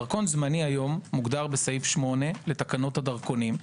דרכון זמני היום מוגדר בסעיף 8 לתקנות הדרכונים.